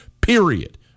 period